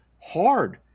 hard